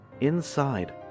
Inside